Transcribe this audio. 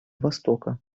востока